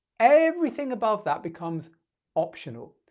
everything above that becomes optional.